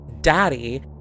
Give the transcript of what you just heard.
Daddy